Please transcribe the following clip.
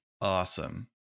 Awesome